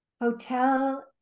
hotel